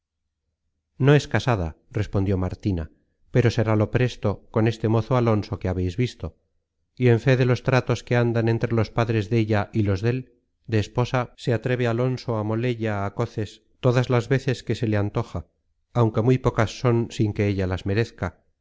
no es casada respondió martina pero serálo presto con este mozo alonso que habeis visto y en fe de los tratos que andan entre los padres della y los dél de esposa se atreve alonso á molella á coces todas las veces que se le antoja aunque muy pocas son sin que ella las merezca